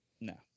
no